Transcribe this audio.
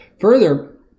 Further